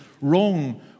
wrong